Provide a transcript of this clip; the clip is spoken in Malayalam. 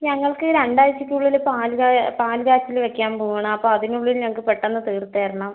ഞങ്ങൾക്ക് രണ്ട് ആഴ്ചയ്ക്കുള്ളിൽ പാൽ പാൽ കാച്ചൽ വയ്ക്കാൻ പോവാണ് അപ്പോൾ അതിനുള്ളിൽ ഞങ്ങൾക്ക് പെട്ടെന്ന് തീർത്തുതരണം